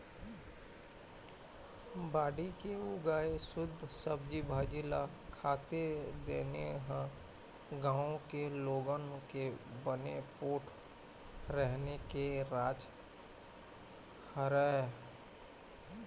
बाड़ी के उगाए सुद्ध सब्जी भाजी ल खाथे तेने ह गाँव के लोगन के बने पोठ रेहे के राज हरय